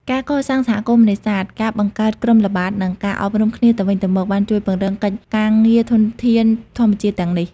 ការកសាងសហគមន៍នេសាទ ការបង្កើតក្រុមល្បាត និងការអប់រំគ្នាទៅវិញទៅមក បានជួយពង្រឹងកិច្ចការពារធនធានធម្មជាតិទាំងនេះ។